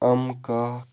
اَمہٕ کاک